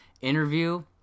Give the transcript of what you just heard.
interview